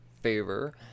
favor